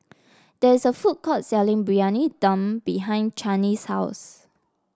there is a food court selling Briyani Dum behind Channie's house